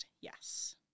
Yes